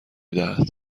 دهد